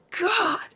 God